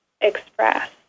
express